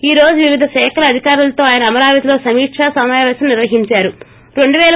ఈ రోజు వివిధ శాఖల అధికారులతో ఆయన అమరావతిలో సమీకా సమాపేశం నిర్వహిందారు